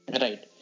Right